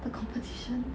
the competition